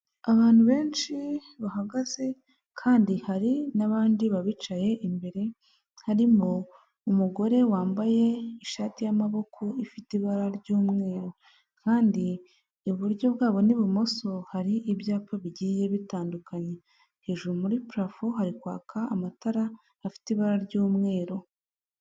Abantu benshi bahagaze kandi hari n'abandi babicaye imbere, harimo umugore wambaye ishati y'amaboko ifite ibara ry'umweru kandi iburyo bwabo n'ibumoso hari ibyapa bigiye bitandukanye, hejuru muri parafo hari kwaka amatara afite ibara ry'umweru.